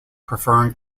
preferring